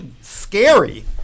scary